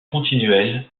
continuelle